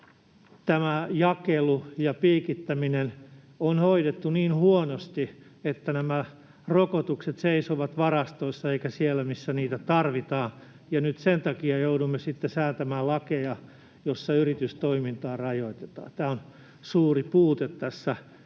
tämä jakelu ja piikittäminen on hoidettu niin huonosti, että nämä rokotukset seisovat varastoissa eivätkä ole siellä, missä niitä tarvitaan, ja nyt sen takia joudumme sitten säätämään lakeja, joissa yritystoimintaa rajoitetaan. Tämä on suuri puute tässä